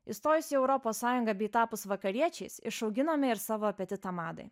įstojus į europos sąjungą bei tapus vakariečiais išauginome ir savo apetitą madai